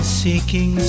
seeking